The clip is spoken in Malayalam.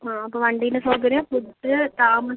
ആ അപ്പം വണ്ടിന്റെ സൗകര്യം ഫുഡ്ഡ് താമസം